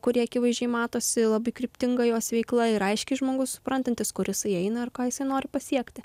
kurie akivaizdžiai matosi labai kryptinga jos veikla ir aiškiai žmogus suprantantis kur jisai eina ir ką jisai nori pasiekti